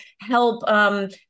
help